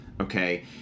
okay